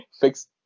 fix